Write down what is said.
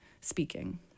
speaking